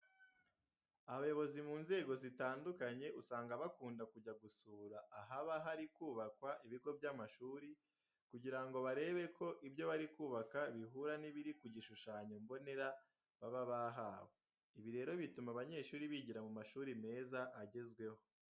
Abayobozi mu nzego zitandukanye usanga bakunda kujya gusura ahaba hari kubakwa ibigo by'amashuri kugira ngo barebe ko ibyo bari kubaka bihura n'ibiri ku gishushano mbonera baba bahawe. Ibi rero bituma abanyeshuri bigira mu mashuri meza agezweho.